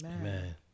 Amen